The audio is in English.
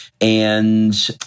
And-